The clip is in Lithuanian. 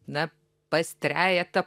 na pas trejetą